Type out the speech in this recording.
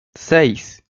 seis